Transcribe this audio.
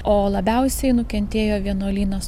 o labiausiai nukentėjo vienuolynas